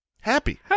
Happy